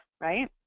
right